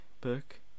book